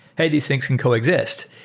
hey, these things can coexist.